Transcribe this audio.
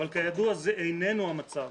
אבל כידוע זה איננו המצב.